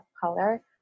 color